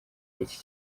iki